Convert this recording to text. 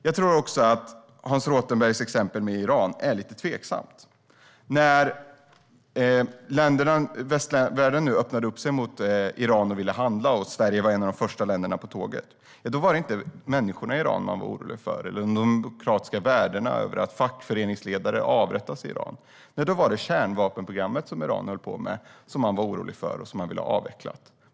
Jag tror också att Hans Rothenbergs exempel med Iran är lite tveksamt. När västvärlden öppnade sig mot Iran och ville handla var Sverige ett av de första länderna på tåget. Men det var inte människorna i Iran man var orolig för, eller de demokratiska värdena eller att fackföreningsledare avrättas i Iran. Nej, det var kärnvapenprogrammet Iran höll på med som man var orolig för och ville avveckla.